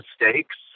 mistakes